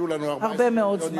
יהיו לנו 14 מיליון יהודים.